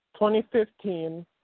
2015